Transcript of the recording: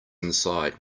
inside